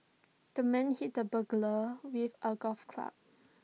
the man hit the burglar with A golf club